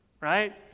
Right